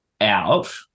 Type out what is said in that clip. out